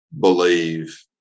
believe